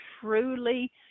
truly